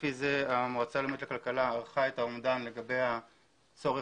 לפי זה המועצה הלאומית לכלכלה ערכה את האומדן לגבי הצורך